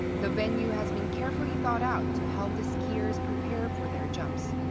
the venue has been carefully thought-out to help the skiers prepare for their jumps.